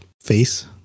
face